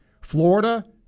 Florida